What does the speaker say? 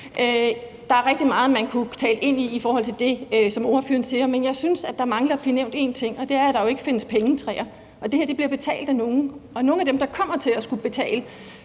Der er rigtig meget, man kunne tale ind i i forhold til det, som ordføreren siger, men jeg synes, der mangler at blive nævnt en ting, og det er, at der jo ikke findes pengetræer. Det her bliver betalt af nogle, og nogle af dem, der kommer til at skulle betale